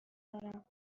دارم